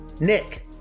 Nick